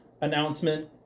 announcement